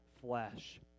flesh